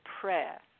prayer